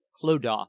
Clodagh